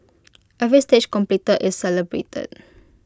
every stage completed is celebrated